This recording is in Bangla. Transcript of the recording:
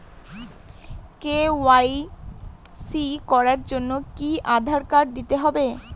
কে.ওয়াই.সি করার জন্য কি আধার কার্ড দিতেই হবে?